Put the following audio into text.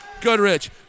Goodrich